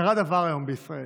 קרה דבר היום בישראל.